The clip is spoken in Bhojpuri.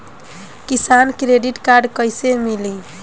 किसान क्रेडिट कार्ड कइसे मिली?